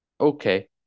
okay